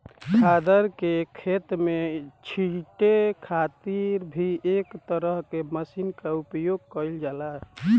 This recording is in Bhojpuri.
खादर के खेत में छींटे खातिर भी एक तरह के मशीन के उपयोग कईल जाला